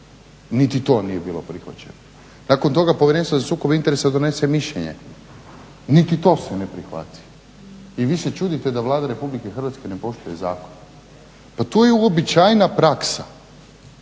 Niti to nije bilo prihvaćeno. Nakon toga povjerenstvo za sukobe interesa donese mišljenje, niti to se ne prihvati i vi se čudite da Vlada RH ne poštuje zakon. Pa to je uobičajena praksa,